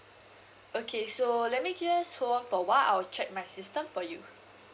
okay so let me just hold on for a while I'll check my system for you